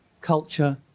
culture